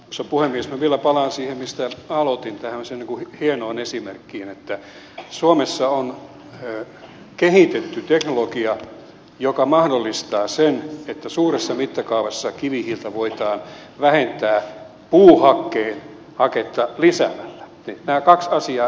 minä vielä palaan siihen mistä aloitin tähän hienoon esimerkkiin että suomessa on kehitetty teknologia joka mahdollistaa sen että suuressa mittakaavassa kivihiiltä voidaan vähentää puuhaketta lisäämällä kaksi asiaa yhdistämällä